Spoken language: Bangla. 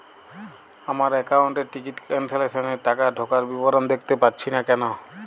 আমার একাউন্ট এ টিকিট ক্যান্সেলেশন এর টাকা ঢোকার বিবরণ দেখতে পাচ্ছি না কেন?